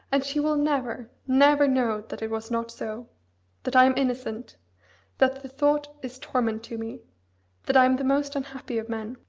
and she will never, never know that it was not so that i am innocent that the thought is torment to me that i am the most unhappy of men.